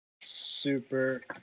Super